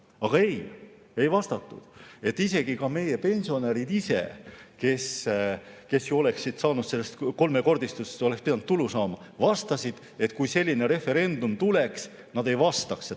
Aga ei. Ei vastatud nii. Isegi meie pensionärid ise, kes oleksid pidanud sellest kolmekordistusest tulu saama, vastasid, et kui selline referendum tuleks, nad ei vastaks,